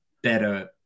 Better